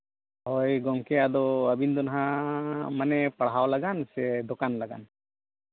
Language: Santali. ᱦᱳᱭ ᱜᱚᱢᱠᱮ ᱟᱫᱚ ᱟᱹᱵᱤᱱ ᱫᱚ ᱱᱟᱜ ᱢᱟᱱᱮ ᱯᱟᱲᱦᱟᱣ ᱞᱟᱜᱟᱱ ᱥᱮ ᱫᱚᱠᱟᱱ ᱞᱟᱜᱟᱱ